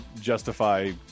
justify